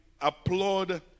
applaud